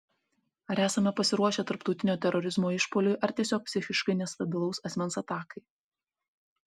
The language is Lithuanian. ar esame pasiruošę tarptautinio terorizmo išpuoliui ar tiesiog psichiškai nestabilaus asmens atakai